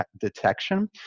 detection